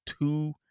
two